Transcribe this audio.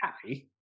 Happy